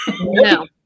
No